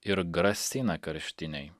ir grasina karštinei